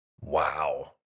Wow